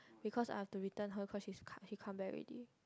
because I've to return her cause she's she come back ready